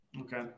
Okay